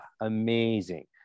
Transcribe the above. Amazing